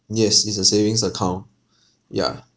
mm yes it's a savings account yeah